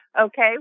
Okay